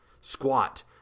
Squat